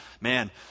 man